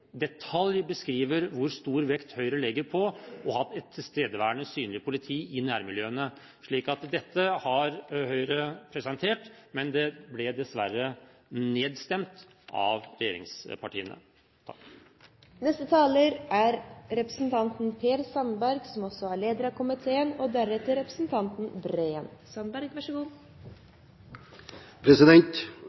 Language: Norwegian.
detalj beskriver hvor stor vekt Høyre legger på å ha et tilstedeværende, synlig politi i nærmiljøene. Så dette har Høyre presentert, men det ble dessverre nedstemt av regjeringspartiene.